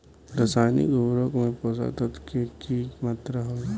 रसायनिक उर्वरक में पोषक तत्व के की मात्रा होला?